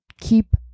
keep